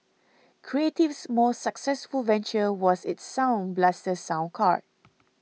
creative's most successful venture was its Sound Blaster Sound Card